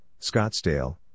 Scottsdale